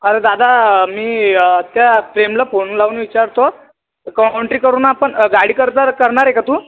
अरे दादा मी त्या प्रेमला फोन लावून विचारतो कॉन्ट्री करू ना आपण गाडी करता करणार आहे का तू